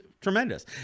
tremendous